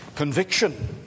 Conviction